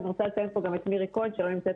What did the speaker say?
אני רוצה גם לציין פה את מירי כהן שלא נמצאת,